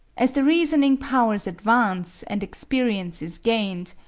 as the reasoning powers advance and experience is gained,